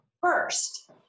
first